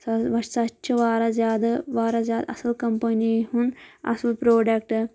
سۄ وَ چھِ واریاہ زیادٕ واریاہ زیادٕ اصٕل کمپٔنی ہُنٛد اصٕل پرٛوڈٮ۪کٹ